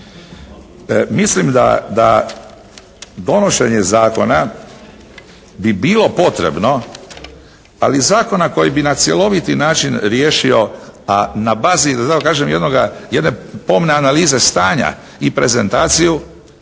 Mislim da donošenje zakona bi bilo potrebno ali zakona koji bi na cjeloviti način riješio a na bazi da tako kažem jedne pomne analize stanja i prezentaciju